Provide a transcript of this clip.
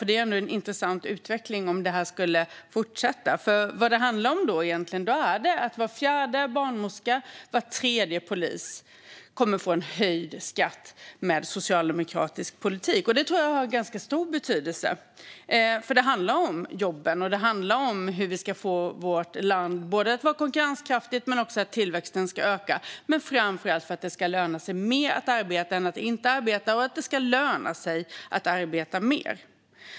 Det är ju en intressant utveckling om detta fortsätter, för i så fall handlar det om att var fjärde barnmorska och var tredje polis får höjd skatt med socialdemokratisk politik. Det tror jag har ganska stor betydelse eftersom det handlar om jobb, vårt lands konkurrenskraft och ökad tillväxt - men framför allt om att det ska löna sig mer att arbeta än att inte arbeta. Det ska också löna sig att arbeta mer.